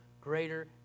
greater